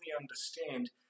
understand